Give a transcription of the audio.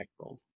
impactful